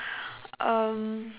um